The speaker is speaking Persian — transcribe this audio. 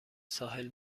ساحل